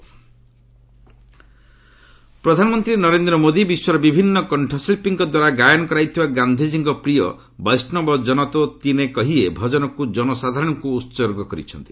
PM Vaishnav ପ୍ରଧାନମନ୍ତ୍ରୀ ନରେନ୍ଦ୍ର ମୋଦି ବିଶ୍ୱର ବିଭିନ୍ନ କଣ୍ଠଶିଳ୍ପୀଙ୍କ ଦ୍ୱାରା ଗାୟନ କରାଯାଇଥିବା ଗାନ୍ଧିଜୀଙ୍କ ପ୍ରିୟ 'ବୈଷ୍ଣବ ଜନ ତୋ ତିନେ କହିୟେ' ଭଜନକୁ ଜନସାଧାରଣଙ୍କୁ ଉତ୍ଗର୍ଚ କରିଛନ୍ତି